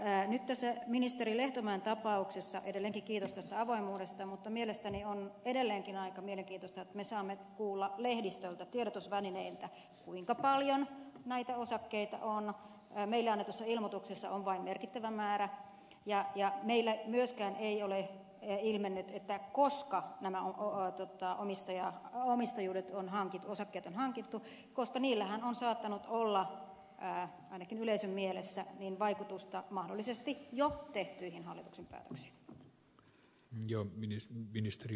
nyt tässä ministeri lehtomäen tapauksessa edelleenkin kiitos tästä avoimuudesta mielestäni on edelleenkin aika mielenkiintoista että me saamme kuulla lehdistöltä tiedotusvälineiltä kuinka paljon näitä osakkeita on meille annetussa ilmoituksessa on vain merkittävä määrä ja meille myöskään ei ole ilmennyt koska ne nauhoitetta omistaja omistajuudet on nämä osakkeet on hankittu koska niillähän on saattanut olla ainakin yleisön mielessä vaikutusta mahdollisesti jo tehtyihin hallituksen päätöksiin